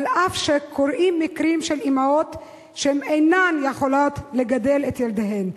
אף שקורים מקרים של אמהות שאינן יכולות לגדל את ילדיהן.